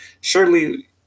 Surely